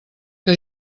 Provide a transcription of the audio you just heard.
que